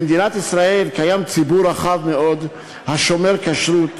במדינת ישראל קיים ציבור רחב מאוד השומר כשרות,